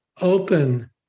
open